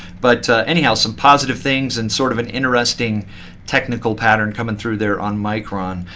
but anyhow, some positive things and sort of an interesting technical pattern coming through there on micron.